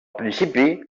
principi